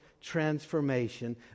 transformation